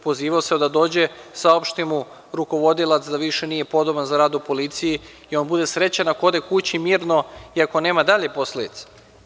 Pozivao se da dođe, saopšti mu rukovodilac da više nije podoban za rad u policiji i on bude srećan ako ode kući mirno i ako nema dalje posledice.